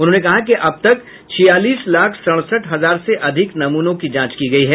उन्होंने कहा कि अब तक छियालीस लाख सड़सठ हजार से अधिक नमूनों की जांच की गई है